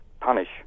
punish